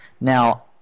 Now